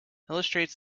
illustrates